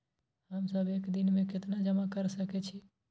हम सब एक दिन में केतना जमा कर सके छी?